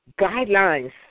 guidelines